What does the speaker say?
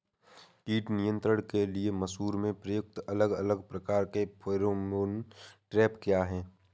कीट नियंत्रण के लिए मसूर में प्रयुक्त अलग अलग प्रकार के फेरोमोन ट्रैप क्या है?